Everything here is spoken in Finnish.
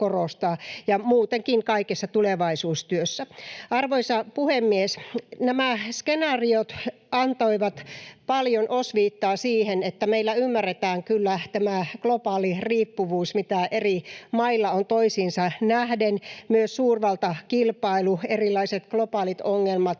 ja muutenkin kaikessa tulevaisuustyössä. Arvoisa puhemies! Nämä skenaariot antoivat paljon osviittaa siihen, että meillä ymmärretään kyllä tämä globaali riippuvuus, mitä eri mailla on toisiinsa nähden, myös suurvaltakilpailu, erilaiset globaalit ongelmat,